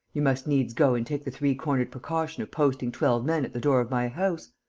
you must needs go and take the three-cornered precaution of posting twelve men at the door of my house.